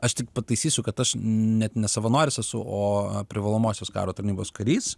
aš tik pataisysiu kad aš net ne savanoris esu o privalomosios karo tarnybos karys